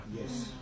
yes